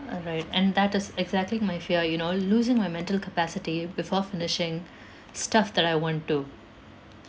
all right and that is exactly my fear you know losing my mental capacity before finishing stuff that I want to